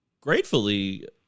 gratefully